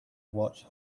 watch